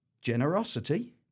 Generosity